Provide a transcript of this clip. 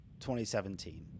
2017